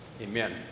amen